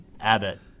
Abbott